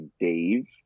dave